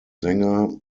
sänger